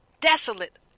desolate